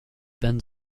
been